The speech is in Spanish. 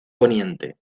poniente